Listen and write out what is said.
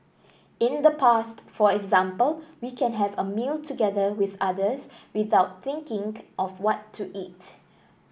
in the past for example we can have a meal together with others without thinking of what to eat